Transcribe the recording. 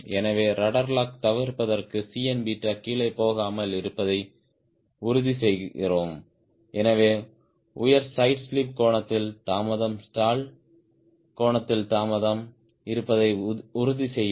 எனவே rudder lock தவிர்ப்பதற்கு Cn கீழே போகாமல் இருப்பதை உறுதிசெய்கிறோம் எனவே உயர் சைடு ஸ்லிப் கோணத்தில் தாமதம் ஸ்டால் கோணத்தில் தாமதம் இருப்பதை உறுதிசெய்க